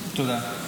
תודה.